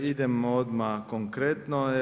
Idemo odmah konkretno.